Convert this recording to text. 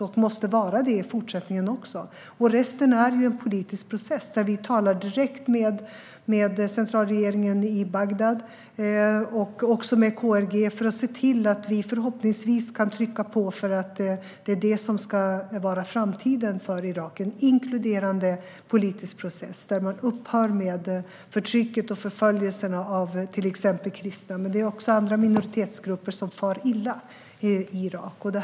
Det måste det vara i fortsättningen också. Resten är en politisk process. Där talar vi direkt med centralregeringen i Bagdad och med KRG för att trycka på för att det ska vara framtiden för Irak, en inkluderande politisk process där man upphör med förtrycket och förföljelserna av till exempel kristna; men också andra minoritetsgrupper far illa i Irak.